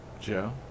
Joe